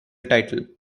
title